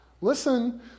listen